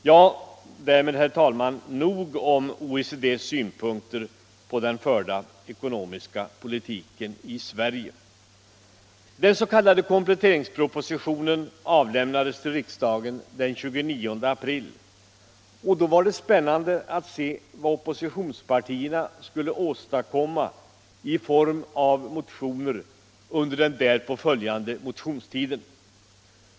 Ja, herr talman, därmed nog om OECD:s synpunkter på den förda ekonomiska politiken i Sverige. Den s.k. kompletteringspropositionen avlämnades till riksdagen den 29 april, och det var spännande att se vad oppositionspartierna skulle åstadkomma i form av motioner under den därpå följande motionstiden.